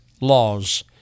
laws